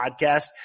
podcast